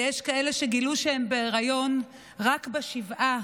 ויש כאלה שגילו שהן בהיריון רק בשבעה,